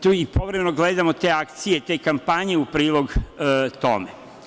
To je i povremeno gledamo te akcije, te kampanje u prilog tome.